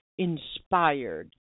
Inspired